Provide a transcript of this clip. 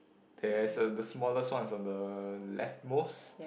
there is a the smallest one is on the left most